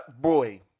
boy